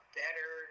better